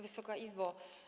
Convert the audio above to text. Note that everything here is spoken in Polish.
Wysoka Izbo!